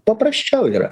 paprasčiau yra